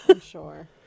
sure